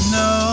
no